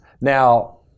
Now